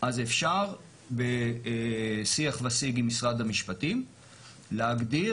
אז אפשר בשיח וסיג עם משרד המשפטים להגדיר